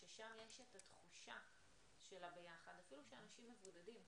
שם יש את התחושה של הביחד, אפילו שאנשים מבודדים.